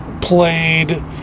played